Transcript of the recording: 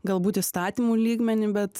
galbūt įstatymų lygmenį bet